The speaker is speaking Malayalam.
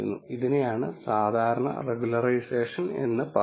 ഇതിനെയാണ് സാധാരണ റെഗുലറൈസേഷൻ എന്ന് പറയുന്നത്